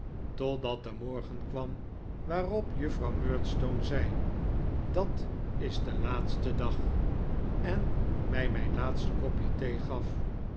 totdat de morgen kwam waarop juffrouw murdstone zei dat is de laatste dag en mij mijn laatste kopje thee gaf